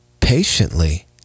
patiently